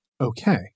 Okay